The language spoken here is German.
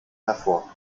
hervor